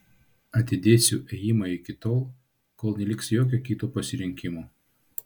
atidėsiu ėjimą iki tol kol neliks jokio kito pasirinkimo